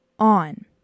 on